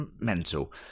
Mental